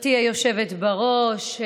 גברתי היושבת בראש,